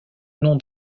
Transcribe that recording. nom